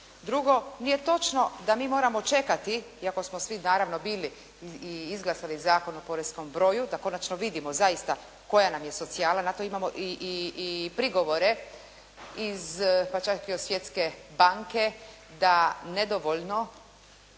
Drugo, nije točno da mi moramo čekati iako smo svi naravno bili i izglasali Zakon o poreskom broju da konačno vidimo zaista koja nam je socijala, na to imamo i prigovore iz pa čak i od Svjetske banke da nedovoljno